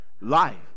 Life